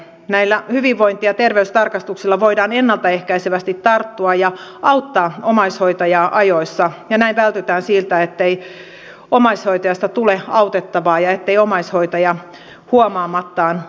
näillä hyvinvointi ja terveystarkastuksilla voidaan ennalta ehkäisevästi tarttua ja auttaa omaishoitajaa ajoissa ja näin vältytään siltä että omaishoitajasta tulee autettava ja että omaishoitaja huomaamattaan uupuu